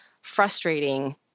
frustrating